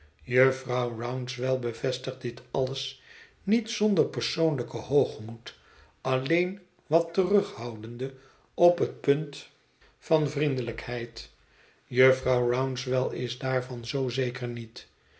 jufvrouw rouncewell bevestigt dit alles niet zonder persoonlijken hoogmoed alleen wat terughoudende op het punt van vriendelijkf t rosa s heid jufvrouw rouncewell is daarvan zoo zeker niet